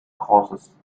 causes